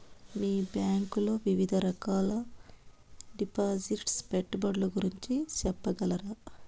మీ bank లో వివిధ రకాల డిపాసిట్స్, పెట్టుబడుల గురించి సెప్పగలరా?